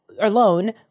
Alone